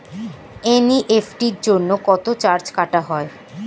NEFT জন্য কত charge কাটা হয়?